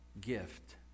gift